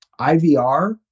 IVR